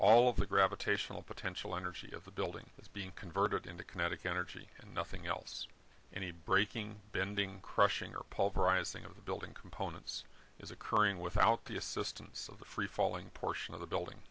all of the gravitational potential energy of the building is being converted into kinetic energy and nothing else any breaking bending crushing or pulverizing of the building components is occurring without the assistance of the free falling portion of the building